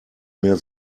mehr